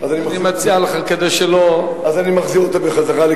אני מציע לך, כדי שלא, אז אני מחזיר אותם לכיסי.